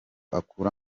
akura